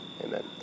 Amen